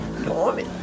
Norman